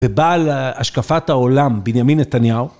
ובעל השקפת העולם, בנימין נתניהו.